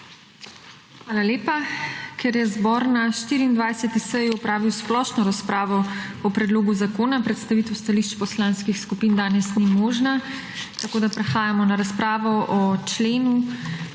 Hvala lepa. Ker je zbor na 24. seji opravil splošno razpravo o predlogu zakona predstavitev stališč poslanskih skupin danes ni možna. Tako da prehajamo na razpravo o členu